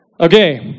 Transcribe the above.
Okay